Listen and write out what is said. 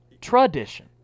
tradition